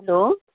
hello